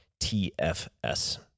TFS